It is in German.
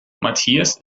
matthias